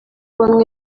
bamwe